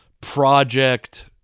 project